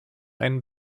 einen